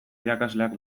irakasleak